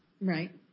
Right